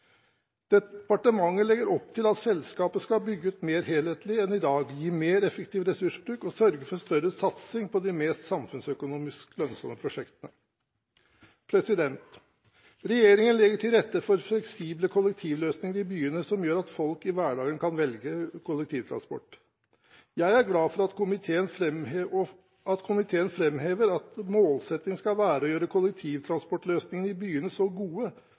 Departementet legger opp til at selskapet skal bygge ut mer helhetlig enn i dag, gi mer effektiv ressursbruk og sørge for større satsing på de mest samfunnsøkonomisk lønnsomme prosjektene. Regjeringen legger til rette for fleksible kollektivløsninger i byene, som gjør at folk i hverdagen kan velge kollektivtransport. Jeg er glad for at komiteen framhever at målsettingen skal være å gjøre kollektivtransportløsningene i byene så gode